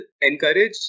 encourage